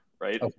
right